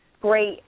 Great